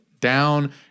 down